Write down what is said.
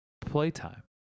Playtime